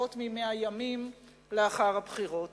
פחות מ-100 ימים לאחר הבחירות.